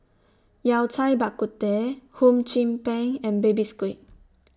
Yao Cai Bak Kut Teh Hum Chim Peng and Baby Squid